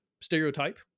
stereotype